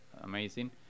amazing